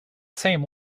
same